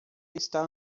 está